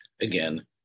again